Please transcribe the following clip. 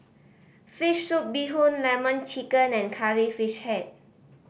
fish soup bee hoon Lemon Chicken and Curry Fish Head